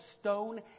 stone